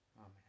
Amen